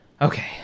Okay